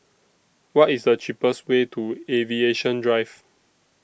What IS The cheapest Way to Aviation Drive